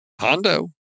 hondo